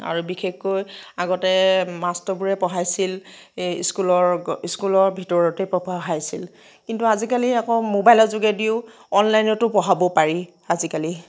আৰু বিশেষকৈ আগতে মাষ্টৰবোৰে পঢ়াইছিল এই স্কুলৰ স্কুলৰ ভিতৰতে পঢ়াইছিল কিন্তু আজিকালি আকৌ ম'বাইলৰ যোগেদিও অনলাইনতো পঢ়াব পাৰি আজিকালি